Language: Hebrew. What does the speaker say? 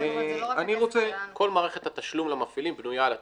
כל מערכת התשלום למפעילים בנויה על התיקוף.